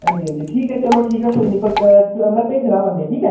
हांजी हांजी ठीक ऐ चलो ठीक ऐ कोई निं बट में भेजना बंदे गी ठीक ऐ